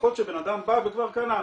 שלפחות שבנאדם בא וכבר קנה,